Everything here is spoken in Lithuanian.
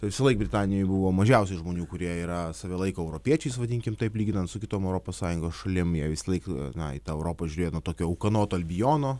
visąlaik britanijoj buvo mažiausiai žmonių kurie yra save laiko europiečiais vadinkim taip lyginant su kitom europos sąjungos šalim jie visąlaik na į tą europą iš vieno tokio ūkanoto albiono